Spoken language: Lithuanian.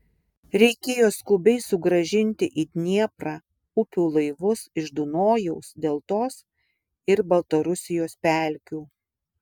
reikėjo skubiai sugrąžinti į dnieprą upių laivus iš dunojaus deltos ir baltarusijos pelkių